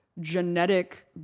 genetic